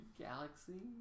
galaxy